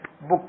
book